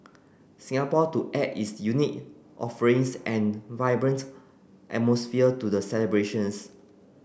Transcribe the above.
Singapore to add its unique offerings and vibrant atmosphere to the celebrations